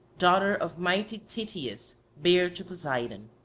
daughter of mighty tityos, bare to poseidon.